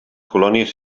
colònies